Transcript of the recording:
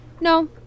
No